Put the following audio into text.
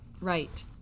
right